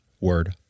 word